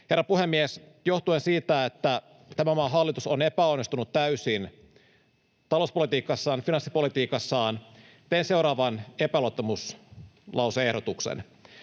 Herra puhemies! Johtuen siitä, että tämän maan hallitus on epäonnistunut täysin talouspolitiikassaan, finanssipolitiikassaan, teen seuraavan epäluottamuslause-ehdotuksen: